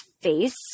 face